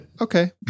okay